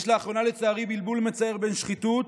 לאחרונה, לצערי, יש בלבול מצער בין שחיתות